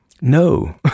No